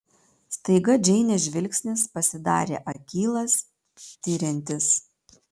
staiga džeinės žvilgsnis pasidarė akylas tiriantis